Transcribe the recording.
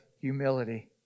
humility